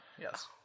yes